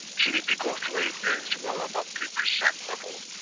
gdp growth rate is well-above three percent level.